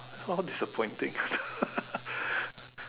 how disappointing